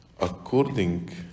according